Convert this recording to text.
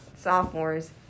sophomores